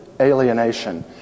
alienation